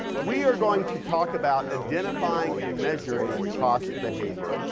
we are going to talk about identifying and measuring cost behavior,